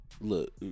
look